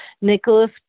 Nicholas